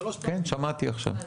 שמעתי עכשיו.